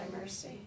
mercy